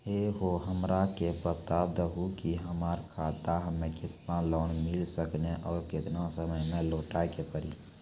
है हो हमरा के बता दहु की हमार खाता हम्मे केतना लोन मिल सकने और केतना समय मैं लौटाए के पड़ी?